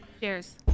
Cheers